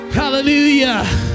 hallelujah